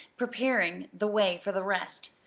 preparing the way for the rest,